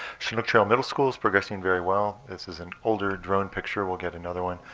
chinook trail middle school is progressing very well. this is an older drone picture. we'll get another one,